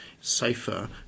safer